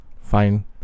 Fine